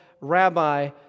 rabbi